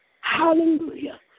Hallelujah